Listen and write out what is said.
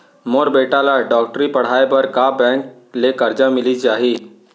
मोर बेटा ल डॉक्टरी पढ़ाये बर का बैंक ले करजा मिलिस जाही?